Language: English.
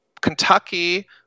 Kentucky